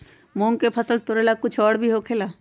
मूंग के फसल तोरेला कुछ और भी होखेला?